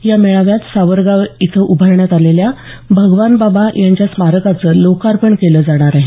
या मेळाव्यात सावरगाव इथं उभारण्यात आलेल्या भगवानबाबा यांच्या स्मारकाचं लोकार्पण केलं जाणार आहे